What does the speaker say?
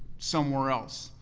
somewhere else.